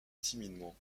timidement